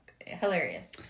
Hilarious